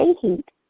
heat